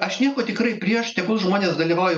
aš nieko tikrai prieš tegul žmonės dalyvauja